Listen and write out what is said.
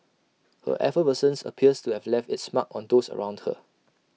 her effervescence appears to have left its mark on those around her